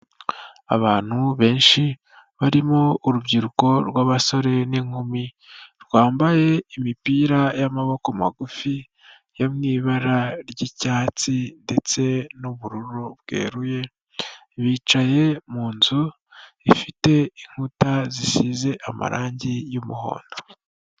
Abantu benshi barimo urubyiruko rw'abasore n'inkumi, rwambaye imipira y'amaboko magufi yo mu ibara ry'icyatsi ndetse n'ubururu bweruye, bicaye mu nzu ifite inkuta zisize amarangi y'umuhondo.